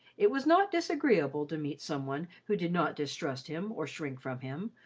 it was not disagreeable to meet some one who did not distrust him or shrink from him,